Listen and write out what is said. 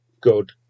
good